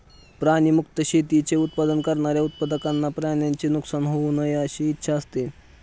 प्राणी मुक्त शेतीचे उत्पादन करणाऱ्या उत्पादकांना प्राण्यांचे नुकसान होऊ नये अशी इच्छा असते